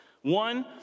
One